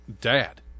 Dad